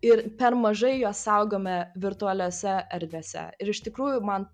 ir per mažai juos saugome virtualiose erdvėse ir iš tikrųjų man